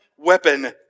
weapon